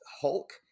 Hulk